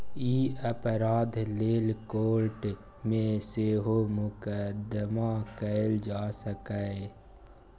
ई अपराध लेल कोर्ट मे सेहो मुकदमा कएल जा सकैए